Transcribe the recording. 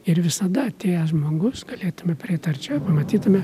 ir visada atėjęs žmogus galėtume prieit arčiau ir pamatytume